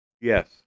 Yes